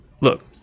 Look